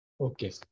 Okay